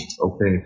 Okay